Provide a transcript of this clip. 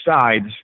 sides